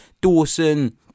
Dawson